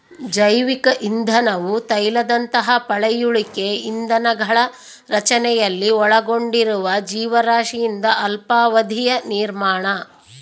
ಜೈವಿಕ ಇಂಧನವು ತೈಲದಂತಹ ಪಳೆಯುಳಿಕೆ ಇಂಧನಗಳ ರಚನೆಯಲ್ಲಿ ಒಳಗೊಂಡಿರುವ ಜೀವರಾಶಿಯಿಂದ ಅಲ್ಪಾವಧಿಯ ನಿರ್ಮಾಣ